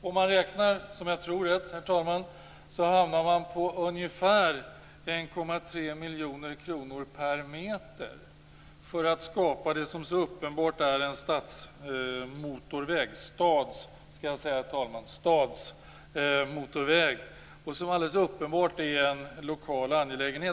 Om man räknar rätt - och det tror jag att jag gör, herr talman - hamnar man på ungefär 1,3 miljoner kronor per meter för att skapa en stadsmotorväg som alldeles uppenbart är en lokal angelägenhet.